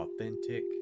authentic